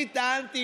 אני טענתי,